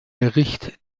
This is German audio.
bericht